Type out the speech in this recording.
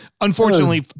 unfortunately